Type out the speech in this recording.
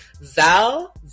val